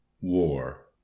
war